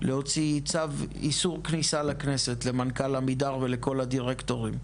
להוציא צו איסור כניסה לכנסת למנכל עמידר ולכל הדירקטורים.